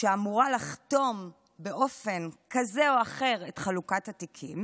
שאמורה לחתום באופן כזה או אחר את חלוקת התיקים,